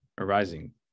arising